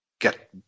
get